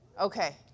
Okay